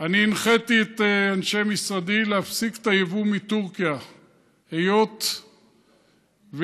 אני הנחיתי את אנשי משרדי להפסיק את היבוא מטורקיה היות שיש,